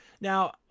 Now